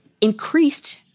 increased